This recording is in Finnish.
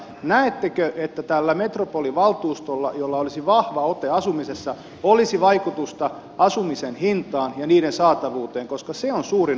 näettekö että tällä metropolivaltuustolla jolla olisi vahva ote asumisessa olisi vaikutusta asumisen hintaan ja asuntojen saatavuuteen koska se on suurin ongelma tällä seudulla